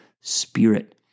spirit